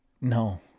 no